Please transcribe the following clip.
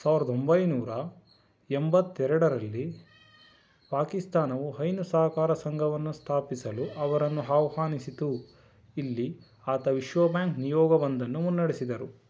ಸಾವಿರದ ಒಂಬೈನೂರ ಎಂಬತ್ತೆರಡರಲ್ಲಿ ಪಾಕಿಸ್ತಾನವು ಹೈನು ಸಹಕಾರ ಸಂಘವನ್ನು ಸ್ಥಾಪಿಸಲು ಅವರನ್ನು ಆಹ್ವಾನಿಸಿತು ಇಲ್ಲಿ ಆತ ವಿಶ್ವ ಬ್ಯಾಂಕ್ ನಿಯೋಗವೊಂದನ್ನು ಮುನ್ನಡೆಸಿದರು